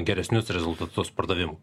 geresnius rezultatus pardavimų